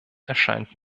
erscheint